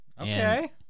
okay